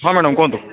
ହଁ ମ୍ୟାଡ଼ାମ୍ କୁହନ୍ତୁ